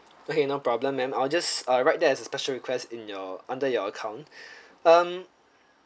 okay no problem ma'am I'll just uh write that as a special requests in your under your account um